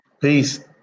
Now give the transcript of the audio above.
Peace